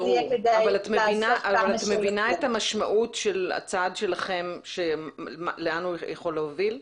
אבל את מבינה את המשמעות של הצעד שלכם ולאן הוא יכול להוביל?